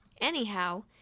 anyhow